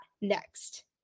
next